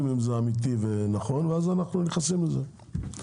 אם זה אמיתי ונכון ואז אנחנו נכנסים לזה.